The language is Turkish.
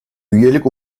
üyelik